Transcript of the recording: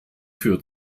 für